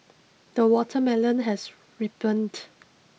the watermelon has ripened